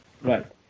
right